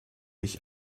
ich